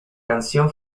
canción